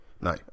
No